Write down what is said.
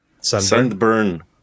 Sunburn